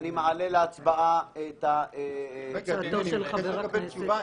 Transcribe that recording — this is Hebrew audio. אני העליתי כאן שאלה.